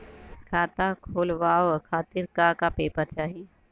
खाता खोलवाव खातिर का का पेपर चाही?